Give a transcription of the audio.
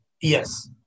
Yes